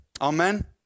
Amen